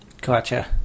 Gotcha